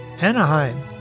Anaheim